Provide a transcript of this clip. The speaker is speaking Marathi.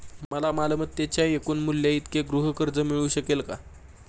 मला मालमत्तेच्या एकूण मूल्याइतके गृहकर्ज मिळू शकेल का?